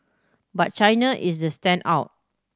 but China is the standout